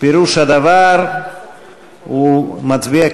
פירוש הדבר שהוא מצביע,